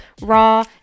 raw